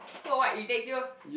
who or what irritates you